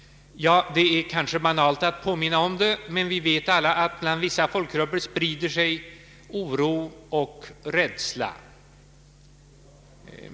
Det är kanske banalt att påminna därom, men vi vet alla att bland vissa folkgrupper sprider sig oro och rädsla.